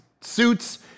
suits